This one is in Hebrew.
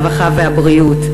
הרווחה והבריאות.